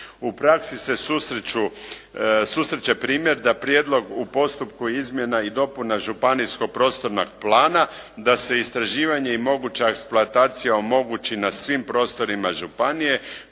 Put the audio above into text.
U praksi se susreće primjer da prijedlog u postupku izmjena i dopuna županijskog prostornog plana, da se istraživanje i moguća eksploatacija omogući na svim prostorima županije